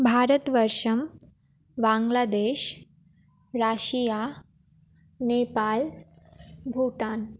भारतवर्षं Bangladesh Russia Nepal Bhutan